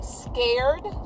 scared